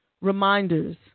reminders